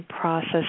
process